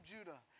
Judah